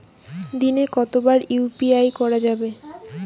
দিনে কতবার ইউ.পি.আই করা যাবে?